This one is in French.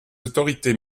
autorités